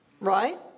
Right